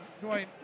join